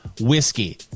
whiskey